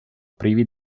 privi